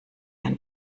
ein